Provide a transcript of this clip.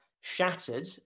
shattered